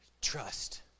Trust